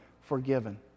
forgiven